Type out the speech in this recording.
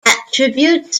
attributes